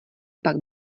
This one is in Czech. pak